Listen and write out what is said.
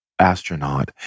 astronaut